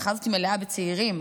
המחאה הזו מלאה בצעירים,